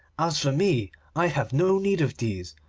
as for me, i have no need of these.